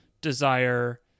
desire